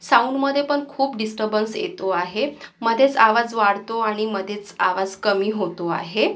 साऊंडमधेपण खूप डिस्टबन्स येतो आहे मध्येच आवाज वाढतो आणि मध्येच आवाज कमी होतो आहे